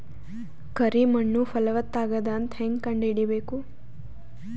ಕರಿ ಮಣ್ಣು ಫಲವತ್ತಾಗದ ಅಂತ ಹೇಂಗ ಕಂಡುಹಿಡಿಬೇಕು?